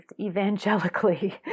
evangelically